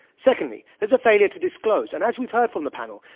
secondly, there's a failure to disclose. and as we've heard from the panel,